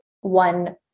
one